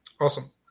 Awesome